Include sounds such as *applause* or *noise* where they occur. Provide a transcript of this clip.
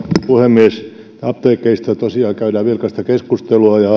rouva puhemies apteekeista tosiaan käydään vilkasta keskustelua ja *unintelligible*